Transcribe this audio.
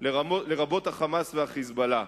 לרבות ה"חמאס" וה"חיזבאללה".